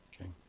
Okay